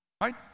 right